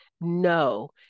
no